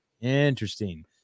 Interesting